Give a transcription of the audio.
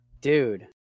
Dude